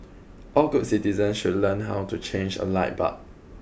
all good citizens should learn how to change a light bulb